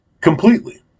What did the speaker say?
completely